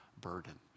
burden